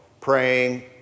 praying